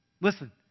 Listen